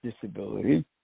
disability